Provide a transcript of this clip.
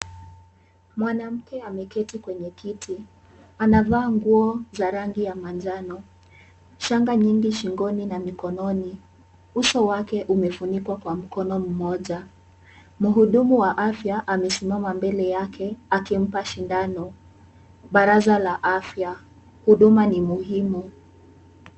Mwanamke ameketi kwenye kiti. Anavaa nguo za rangi ya manjano, shanga nyingi shingoni na mikononi. Uso wake umefunikwa kwa mkono mmoja. Mhudumu wa afya amesimama mbele yake, akimpa shindano, baraza la afya. Huduma ni muhimu.